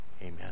Amen